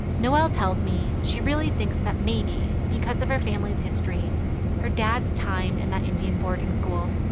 noelle tells me she really thinks that maybe because of her family's history her dad's time in that indian boarding school,